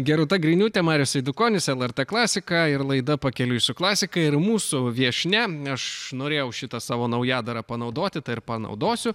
gerūta griniūtė marius eidukonis lrt klasika ir laida pakeliui su klasika ir mūsų viešnia aš norėjau šitą savo naujadarą panaudoti ta ir panaudosiu